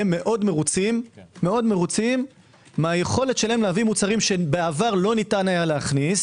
מרוצים מיכולתם להביא מוצרים שבעבר לא ניתן היה להכניס